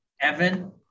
Evan